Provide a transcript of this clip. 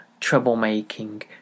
troublemaking